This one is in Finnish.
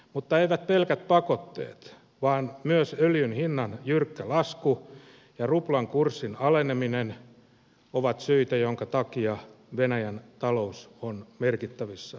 mutta eivät pelkät pakotteet vaan myös öljyn hinnan jyrkkä lasku ja ruplan kurssin aleneminen ovat syitä joiden takia venäjän talous on merkittävissä vaikeuksissa